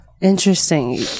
Interesting